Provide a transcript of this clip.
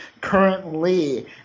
currently